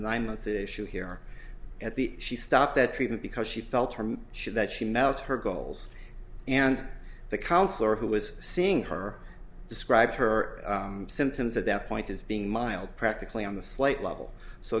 nine months issue here at the she stopped the treatment because she felt sure that she melts her goals and the counselor who was seeing her described her symptoms at that point as being mild practically on the slight level so